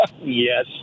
Yes